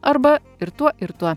arba ir tuo ir tuo